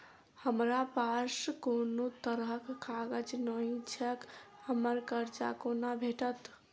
हमरा पास कोनो तरहक कागज नहि छैक हमरा कर्जा कोना भेटत?